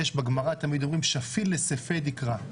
יש, בגמרא תמיד אומרים: שפיל לסיפא דקרא.